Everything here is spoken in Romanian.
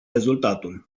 rezultatul